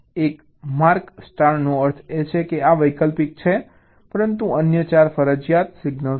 એક માર્ક સ્ટારનો અર્થ છે કે આ વૈકલ્પિક છે પરંતુ અન્ય 4 ફરજિયાત સિગ્નલ્સ છે